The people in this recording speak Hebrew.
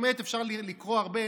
אפשר לקרוא הרבה.